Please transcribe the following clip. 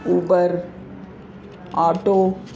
Uber auto